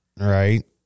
Right